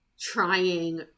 trying